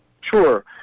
Sure